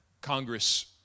Congress